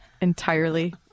entirely